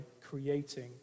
creating